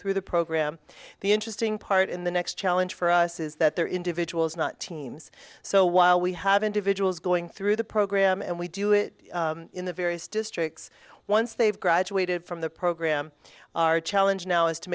through the program the interesting part in the next challenge for us is that they're individuals not teams so while we have individuals going through the program and we do it in the various districts once they've graduated from the program our challenge now is to